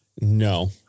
No